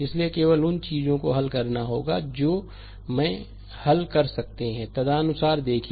इसलिए केवल उन चीजों को हल करना होगा जो में हल कर सकते हैं तदनुसार देखेंगे सही